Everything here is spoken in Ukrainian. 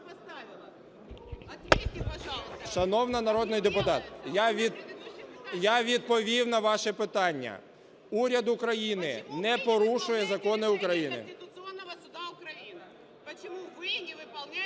Шановна народний депутат, я відповів на ваше питання. Уряд України не порушує закони України.